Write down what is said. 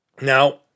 Now